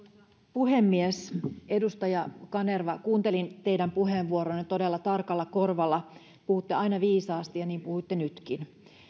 puhemies edustaja kanerva kuuntelin teidän puheenvuoroanne todella tarkalla korvalla puhutte aina viisaasti ja niin puhuitte nytkin